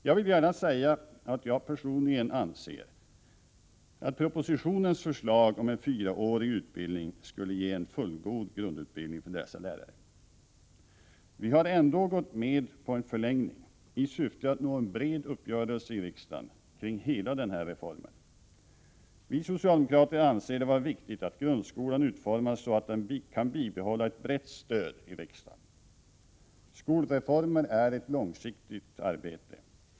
Jag vill gärna säga att jag personligen anser att propositionens förslag om en fyraårig utbildning skulle motsvara en fullgod grundutbildning för dessa lärare. Vi har ändå gått med på en förlängning i syfte att nå en bred uppgörelse i riksdagen kring hela den här reformen. Vi socialdemokrater anser det vara viktigt att grundskolan utformas så att den kan bibehålla ett brett stöd i riksdagen. Skolreformer är ett långsiktigt arbete.